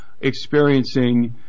experiencing